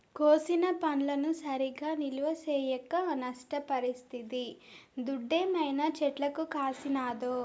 కోసిన వడ్లను సరిగా నిల్వ చేయక నష్టపరిస్తిది దుడ్డేమైనా చెట్లకు కాసినాదో